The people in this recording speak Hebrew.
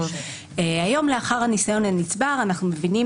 היום לאחר הניסיון שנצבר אנחנו מבינים,